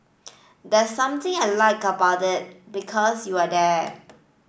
there's something I like about it because you're there